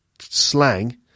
slang